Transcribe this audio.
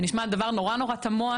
זה נשמע דבר נורא תמוה.